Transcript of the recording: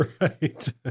Right